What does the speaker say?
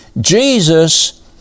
Jesus